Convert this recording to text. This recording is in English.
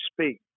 speak